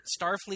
Starfleet